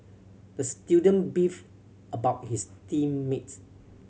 the student beefed about his team mates